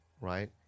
Right